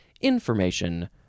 information